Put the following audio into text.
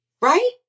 right